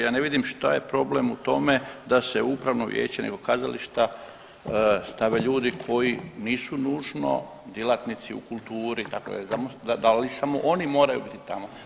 Ja ne vidim šta je problem u tome da se u upravno vijeće nekog kazališta stave ljudi koji nisu nužno djelatnici u kulturi, dakle da li samo oni moraju biti tamo.